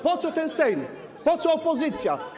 Po co ten Sejm, po co opozycja?